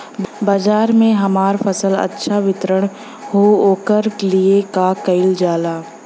बाजार में हमार फसल अच्छा वितरण हो ओकर लिए का कइलजाला?